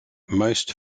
most